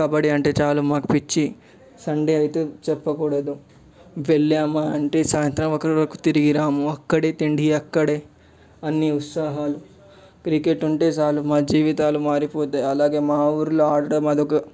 కబడ్డీ అంటే చాలా మాకు పిచ్చి సండే అయితే చెప్పకూడదు వెళ్ళమంటే సాయంత్రం వరుకు తిరిగిరము అక్కడే తిండి అక్కడే అని ఉత్సహాలు క్రికెట్ ఉంటే చాలు మా జీవితాలు మారిపోతాయి అలాగే మా ఊరిలో ఆడడం అది ఒక